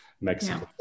Mexico